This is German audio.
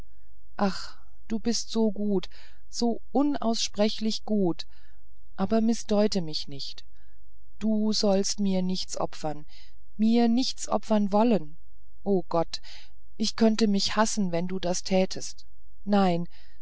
ach du bist so gut so unaussprechlich gut aber mißdeute mich nicht du sollst mir nichts opfern mir nichts opfern wollen o gott ich könnte mich hassen wenn du das tätest nein